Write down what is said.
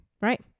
Right